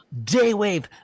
Daywave